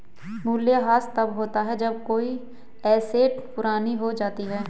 मूल्यह्रास तब होता है जब कोई एसेट पुरानी हो जाती है